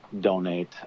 donate